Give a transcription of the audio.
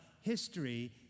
history